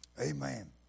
amen